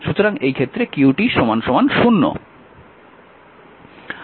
সুতরাং এই ক্ষেত্রে q 0